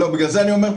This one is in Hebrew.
בגלל זה אני אומר,